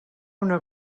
una